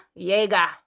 Yeager